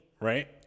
right